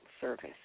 service